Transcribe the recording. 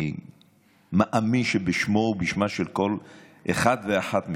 אני מאמין שבשמו ובשמה של כל אחד ואחת מכם.